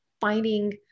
finding